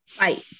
right